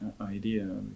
Idea